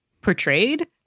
portrayed